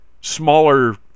smaller